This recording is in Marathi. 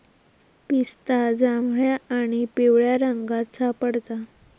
पिस्ता जांभळ्या आणि पिवळ्या रंगात सापडता